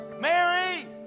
Mary